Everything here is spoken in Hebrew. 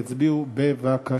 יצביעו, בבקשה.